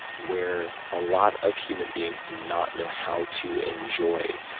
where a lot of human beings do not know how to enjoy